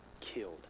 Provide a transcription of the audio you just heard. killed